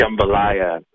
jambalaya